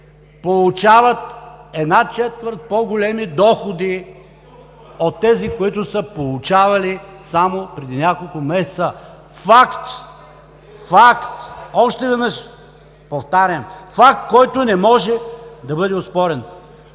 получават една четвърт по-големи доходи от тези, които са получавали само преди няколко месеца. Факт. Факт! Още веднъж повтарям, факт, който не може да бъде оспорен.